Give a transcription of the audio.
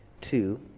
two